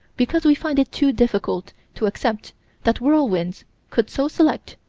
because we find it too difficult to accept that whirlwinds could so select,